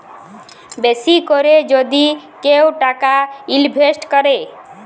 বেশি ক্যরে যদি কেউ টাকা ইলভেস্ট ক্যরে